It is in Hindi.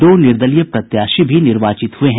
दो निर्दलीय प्रत्याशी भी निर्वाचित हुए हैं